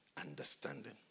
understanding